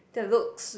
the looks